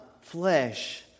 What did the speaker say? flesh